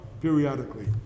periodically